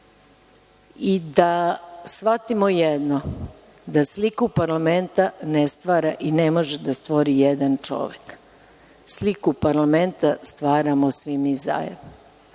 i da shvatimo jedno, da sliku parlamenta ne stvara i ne može da stvori jedan čovek. Sliku parlamenta stvaramo svi mi zajedno,